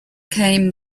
came